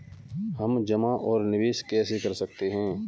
हम जमा और निवेश कैसे कर सकते हैं?